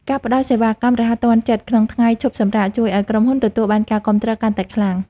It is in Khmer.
ការផ្តល់សេវាកម្មរហ័សទាន់ចិត្តក្នុងថ្ងៃឈប់សម្រាកជួយឱ្យក្រុមហ៊ុនទទួលបានការគាំទ្រកាន់តែខ្លាំង។